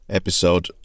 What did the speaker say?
episode